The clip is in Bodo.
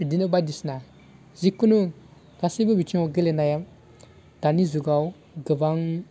बिदिनो बायदिसिना जिखुनु गासिबो बिथिङाव गेलेनाया दानि जुगाव गोबां